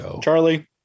Charlie